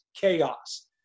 chaos